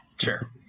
sure